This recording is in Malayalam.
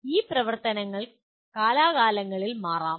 ഈ പ്രവർത്തനങ്ങൾ കാലാകാലങ്ങളിൽ മാറാം